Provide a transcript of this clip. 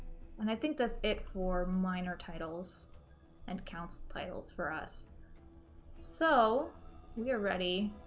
when i think that's it for minor titles and count some titles for us so you're ready